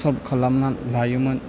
solve खालामना लायोमोन